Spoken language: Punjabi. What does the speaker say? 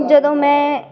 ਜਦੋਂ ਮੈਂ